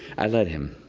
i let him.